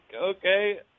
okay